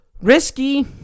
Risky